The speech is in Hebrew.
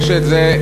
יש את זה,